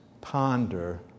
ponder